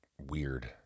weird